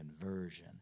conversion